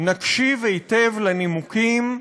שנקשיב היטב לנימוקים,